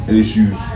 issues